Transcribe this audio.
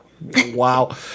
Wow